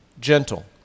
gentle